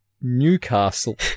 Newcastle